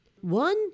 One